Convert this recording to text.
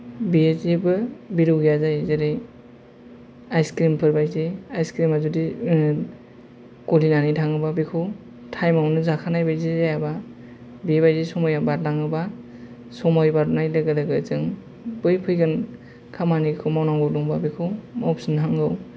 बेयो जेबो भेलु गैया जायो जेरै आइसक्रिमफोर बायदि आइसक्रिमा जुदि गलिनानै थाङोबा बेखौ थायमावनो जाखानाय बायदि जायाबा बेबायदि समाया बारलाङोबा समाय बारनाय लोगो लोगो जों बै फैगोन खामानिखौ मावनांगौ दंबा बेखौ मावफिन्नांगौ